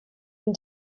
been